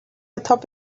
atop